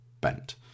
bent